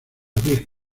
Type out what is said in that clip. big